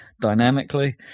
dynamically